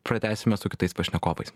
pratęsime su kitais pašnekovais